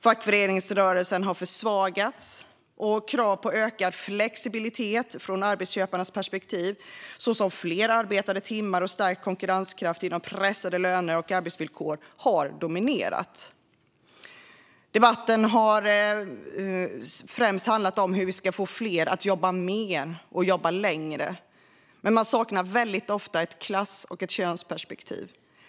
Fackföreningsrörelsen har försvagats, och krav på ökad flexibilitet från arbetsköparnas perspektiv, som fler arbetade timmar och stärkt konkurrenskraft genom pressade löner och arbetsvillkor, har dominerat. Debatten har främst handlat om hur vi ska få fler att arbeta mer och längre, men man saknar ofta ett klass och könsperspektiv.